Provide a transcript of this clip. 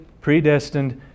predestined